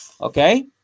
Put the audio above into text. Okay